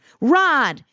Rod